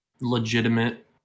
legitimate